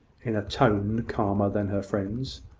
in a tone calmer than her friend's.